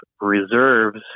reserves